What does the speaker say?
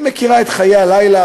היא מכירה את חיי הלילה,